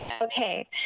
okay